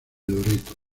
loreto